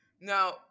Now